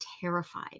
terrified